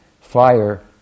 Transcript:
fire